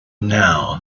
now